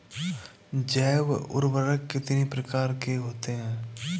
जैव उर्वरक कितनी प्रकार के होते हैं?